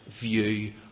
view